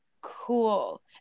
Cool